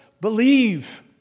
believe